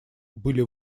были